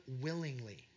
willingly